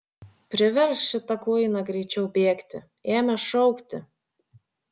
priversk šitą kuiną greičiau bėgti ėmė šaukti